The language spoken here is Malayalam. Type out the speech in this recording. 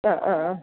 ആ ആ ആ